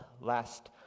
Last